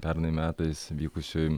pernai metais vykusioj